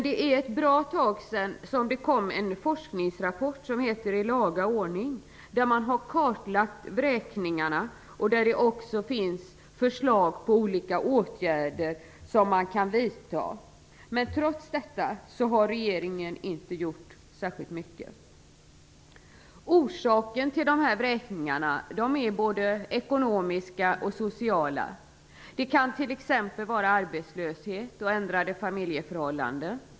Det är ett bra tag sedan det kom ut en forskningsrapport som heter I laga ordning. Där har man kartlagt vräkningarna, och det finns också förslag på olika åtgärder som man kan vidta. Trots det har regeringen inte gjort särskilt mycket. Orsaken till vräkningarna är både ekonomiska och sociala. Det kan t.ex. vara arbetslöshet och ändrade familjeförhållanden.